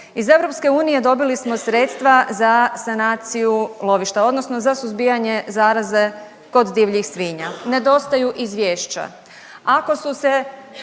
Iz EU dobili smo sredstva za sanaciju lovišta, odnosno za suzbijanje zaraze kod divljih svinja, nedostaju izvješća.